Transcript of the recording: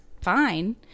fine